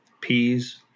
peas